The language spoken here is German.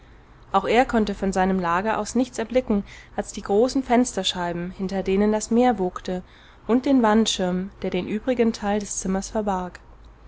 auch er konnte von seinem lager aus nichts erblicken als die großen fensterscheiben hinter denen das meer wogte und den wandschirm der den übrigen teil des zimmers verbarg